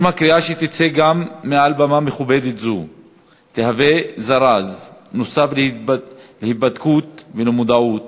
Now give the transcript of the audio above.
אם הקריאה שתצא גם מעל במה מכובדת זו תהווה זרז נוסף להיבדקות ולמודעות